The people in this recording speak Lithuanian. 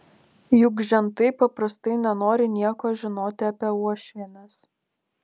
juk žentai paprastai nenori nieko žinoti apie uošvienes